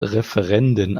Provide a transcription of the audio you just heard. referenden